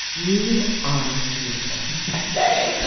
you are beautiful thanks